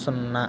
సున్నా